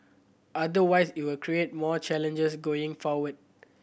otherwise it will create more challenges going forward